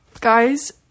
Guys